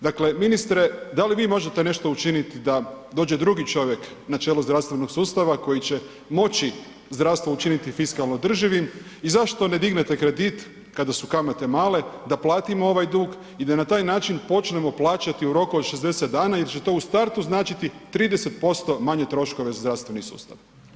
Dakle ministre, da li vi možete nešto učiniti da dođe drugi čovjek na čelo zdravstvenog sustava koji će moći zdravstvo učiniti fiskalno održivim i zašto ne dignete kredit kada su kamate male da platimo ovaj dug i da na taj način počnemo plaćati u roku od 60 dana jer će to u startu značiti 30% manje troškove za zdravstveni sustav.